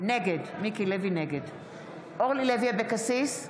נגד אורלי לוי אבקסיס,